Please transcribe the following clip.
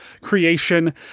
creation